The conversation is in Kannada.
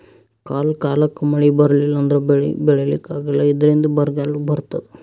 ಕಾಲ್ ಕಾಲಕ್ಕ್ ಮಳಿ ಬರ್ಲಿಲ್ಲ ಅಂದ್ರ ಬೆಳಿ ಬೆಳಿಲಿಕ್ಕ್ ಆಗಲ್ಲ ಇದ್ರಿಂದ್ ಬರ್ಗಾಲ್ ಬರ್ತದ್